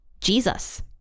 jesus